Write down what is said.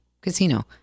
casino